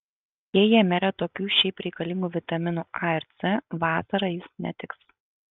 jei jame yra tokių šiaip reikalingų vitaminų a ir c vasarą jis netiks